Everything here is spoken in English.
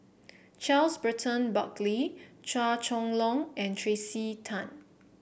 Charles Burton Buckley Chua Chong Long and Tracey Tan